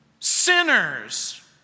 Sinners